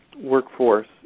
workforce